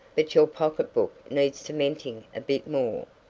but your pocketbook needs cementing a bit more.